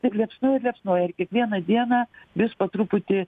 ir liepsnoja ir liepsnoja ir kiekvieną dieną vis po truputį